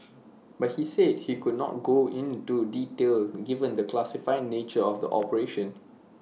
but he said he could not go into detail given the classified nature of the operation